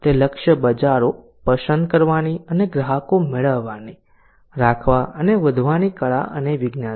તે લક્ષ્ય બજારો પસંદ કરવાની અને ગ્રાહકો મેળવવાની રાખવા અને વધવાની કળા અને વિજ્ઞાન છે